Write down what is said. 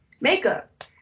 makeup